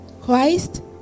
Christ